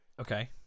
okay